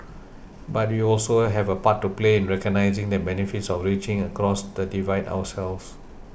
but we also have a part to play in recognising the benefits of reaching across the divide ourselves